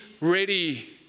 ready